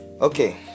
Okay